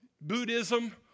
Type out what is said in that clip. Buddhism